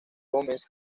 gómez